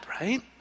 right